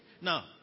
Now